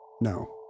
No